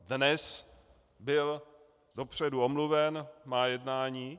Dnes byl dopředu omluven, má jednání.